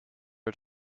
our